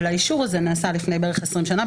אבל האישור הזה נעשה לפני בערך 20 שנה,